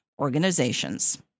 organizations